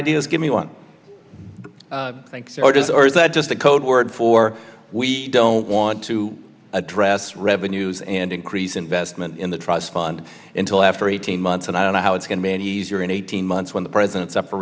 ideas give me one or does or is that just a code word for we don't want to address revenues and increase investment in the trust fund until after eighteen months and i don't know how it's going to be any easier in eighteen months when the president's up for